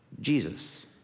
Jesus